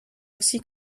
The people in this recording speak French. aussi